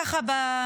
ככה,